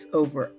over